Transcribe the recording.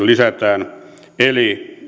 lisätään eli